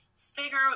figure